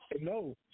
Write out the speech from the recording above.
No